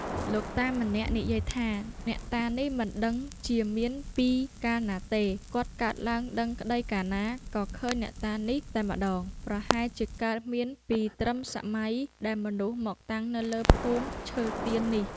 លោកតា ម្នាក់និយាយថា អ្នកតានេះមិនដឹងជាមានពីកាលណាទេ គាត់កើតឡើងដឹងក្តីកាលណា ក៏ឃើញអ្នកតានេះ តែម្តង ប្រហែលជាកើតមានពីត្រឹមសម័យដែលមនុស្ស មកតាំងនៅលើភូមិមឈើទាលនេះ ។